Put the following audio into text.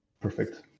perfect